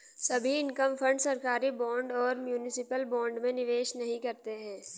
सभी income fund सरकारी bond और म्यूनिसिपल बॉन्ड में निवेश नहीं करते हैं